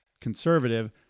conservative